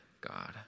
God